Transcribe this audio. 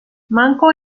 manco